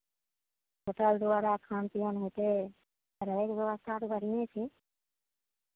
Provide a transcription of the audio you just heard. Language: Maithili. होटल द्वारा खान पिअन हेतै रहयके व्यवस्था तऽ बढ़िएँ छै